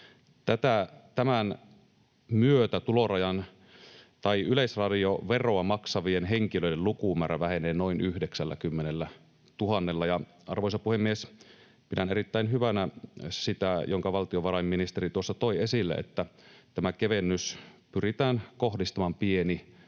Tämän myötä yleisradioveroa maksavien henkilöiden lukumäärä vähenee noin 90 000:lla. Ja, arvoisa puhemies, pidän erittäin hyvänä sitä, minkä valtiovarainministeri tuossa toi esille, että tämä kevennys pyritään kohdistamaan pieni-